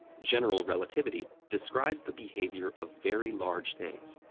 general relativity describes the behavior of very large things,